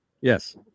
Yes